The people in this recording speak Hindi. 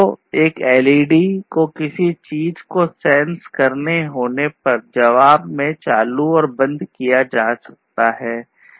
यह एलईडी में चालू या बंद किया जा सकता है